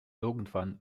irgendwann